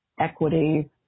equity